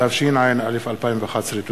התשע"א 2011. תודה.